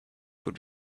but